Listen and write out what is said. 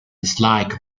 dislike